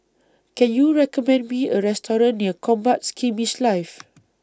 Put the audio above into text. Can YOU recommend Me A Restaurant near Combat Skirmish Live